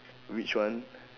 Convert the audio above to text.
which one